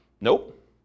Nope